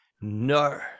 No